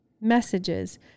messages